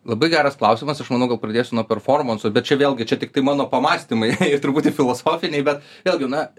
labai geras klausimas aš manau gal pradėsiu nuo performanso bet čia vėlgi čia tiktai mano pamąstymai ir turbūt tie filosofiniai bet vėlgi na